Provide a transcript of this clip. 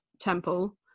temple